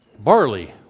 barley